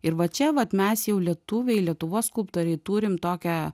ir va čia vat mes jau lietuviai lietuvos skulptoriai turim tokią